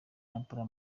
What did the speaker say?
kampala